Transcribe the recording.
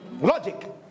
Logic